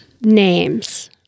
names